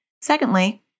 secondly